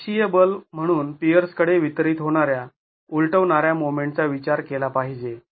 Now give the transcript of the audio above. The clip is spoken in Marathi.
अक्षीय बल म्हणून पियर्सकडे वितरित होणाऱ्या उलटवणाऱ्या मोमेंटचा विचार केला पाहिजे